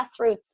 grassroots